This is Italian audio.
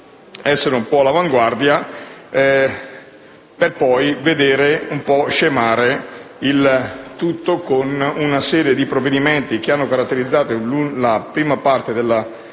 essere un po' all'avanguardia, ma poi abbiamo visto scemare il tutto con una serie di provvedimenti che hanno caratterizzato la prima parte della